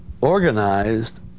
organized